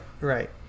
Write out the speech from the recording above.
right